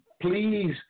please